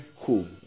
cool